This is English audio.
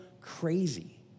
crazy